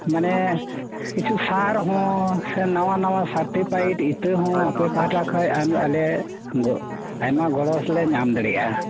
ᱢᱟᱱᱮ ᱠᱤᱪᱷᱩ ᱥᱟᱨ ᱦᱚᱸ ᱥᱮ ᱱᱟᱶᱟ ᱱᱟᱶᱟ ᱥᱟᱨᱴᱤᱯᱟᱤᱴ ᱤᱛᱟ ᱦᱚᱸ ᱟᱯᱮ ᱯᱟᱦᱴᱟ ᱠᱷᱚᱡ ᱟᱢ ᱟᱞᱮ ᱜᱚ ᱟᱭᱢᱟ ᱜᱚᱲᱚ ᱞᱮ ᱧᱟᱢ ᱫᱟᱲᱮᱭᱟᱜᱼᱟ